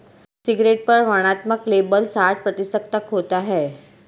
cigarette पर वर्णनात्मक label साठ प्रतिशत तक होता है